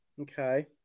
Okay